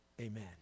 Amen